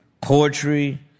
Poetry